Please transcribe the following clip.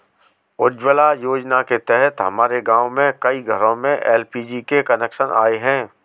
उज्ज्वला योजना के तहत हमारे गाँव के कई घरों में एल.पी.जी के कनेक्शन आए हैं